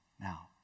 Now